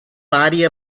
body